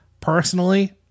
personally